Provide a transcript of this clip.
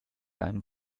einem